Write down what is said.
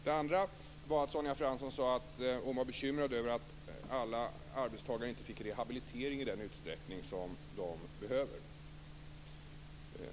Det andra var att Sonja Fransson sade att hon var bekymrad över att alla arbetstagare inte fick rehabilitering i den utsträckning som de behöver.